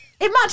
Imagine